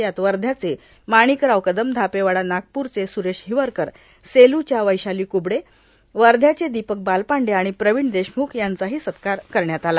यात वध्याचे माणिकराव कदम धापेवाडा नागपूरचे स्रेश हिवरकर सेल्च्या वैशाली क्बडे वध्याचे दीपक बालपांडे आणि प्रवीण देशम्खांचाही सत्कार करण्यात आला